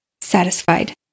Satisfied